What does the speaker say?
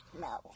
No